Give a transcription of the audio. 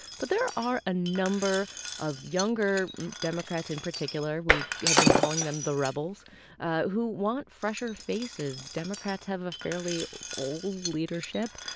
but there are a number of younger democrats in particular we have been calling them the rebels who want fresher faces. democrats have a fairly old leadership.